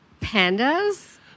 Pandas